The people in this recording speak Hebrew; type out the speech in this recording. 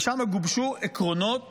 ושם גובשו עקרונות